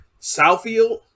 Southfield